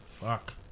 Fuck